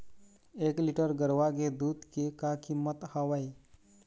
एक लीटर गरवा के दूध के का कीमत हवए?